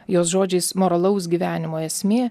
jos žodžiais moralaus gyvenimo esmė